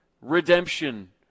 redemption